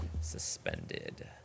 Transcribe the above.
suspended